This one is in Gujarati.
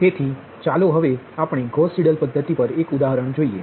તેથી ચાલો હવે આપણે ગૌસ સીડેલ પદ્ધતિ પર એક ઉદાહરણ જોઈએ